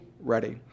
ready